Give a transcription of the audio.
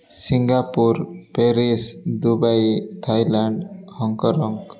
Singapore Paris Dubai Thailand Hong Kong